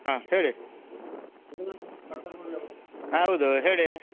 ಹಾಂ ಹೇಳಿ ಹಾಂ ಹೌದು ಹೇಳಿ